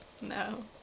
No